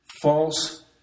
False